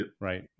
right